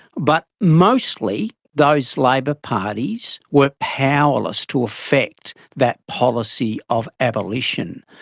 but mostly those labor parties were powerless to effect that policy of abolition.